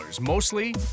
mostly